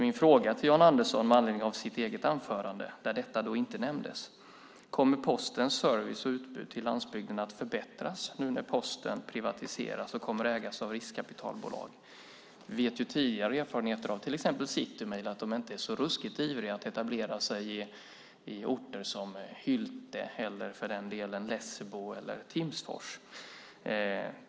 Min fråga till Jan Andersson med anledning av hans eget anförande, där detta inte nämndes, är: Kommer Postens service och utbud till landsbygden att förbättras nu när Posten privatiseras och kommer att ägas av riskkapitalbolag? Vi vet ju från tidigare erfarenheter att till exempel City Mail inte är så ruskigt ivriga att etablera sig i orter som Hylte eller för den delen Lessebo eller Timsfors.